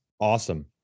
Awesome